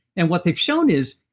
and what they've shown is,